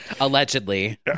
allegedly